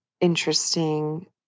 interesting